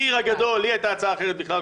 לי הייתה הצעה אחרת בכלל,